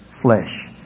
flesh